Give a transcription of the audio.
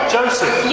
Joseph